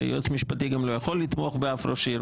הרי יועץ משפטי גם לא יכול לתמוך באף ראש עיר,